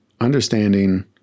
understanding